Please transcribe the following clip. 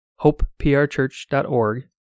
hopeprchurch.org